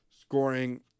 scoring